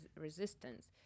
resistance